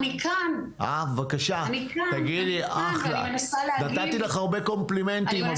נתתי לך הרבה קומפלימנטים,